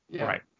Right